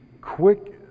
quick